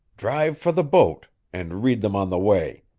drive for the boat, and read them on the way.